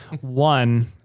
One